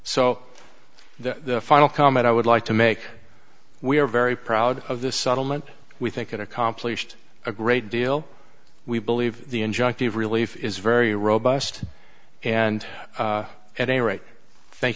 so the final comment i would like to make we are very proud of this settlement we think it accomplished a great deal we believe the injunctive relief is very robust and at any rate thank